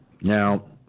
Now